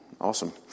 Awesome